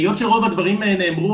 היות שרוב הדברים נאמרו,